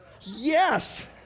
yes